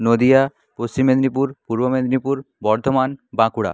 নদীয়া পশ্চিম মেদিনীপুর পূর্ব মেদিনীপুর বর্ধমান বাঁকুড়া